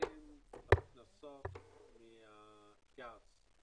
מסים והכנסות מהגז.